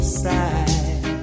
side